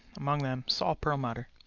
among them saul perlmutter,